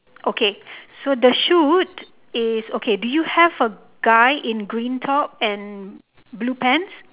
okay so the shoot is okay do you have a guy in green top and blue pants